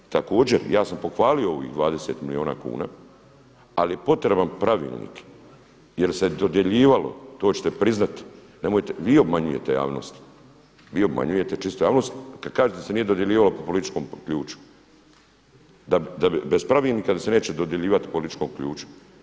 Također, ja sam pohvalio ovih 20 milijuna kuna ali je potreban pravilnik jer se dodjeljivalo, to ćete priznati, nemojte, vi obmanjujete javnost, vi obmanjujte čisto javnost kada kažete da se nije dodjeljivao po političkom ključu, bez pravilnika da se neće dodjeljivati po političkom ključu.